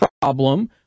problem